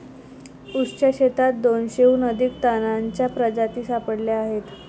ऊसाच्या शेतात दोनशेहून अधिक तणांच्या प्रजाती सापडल्या आहेत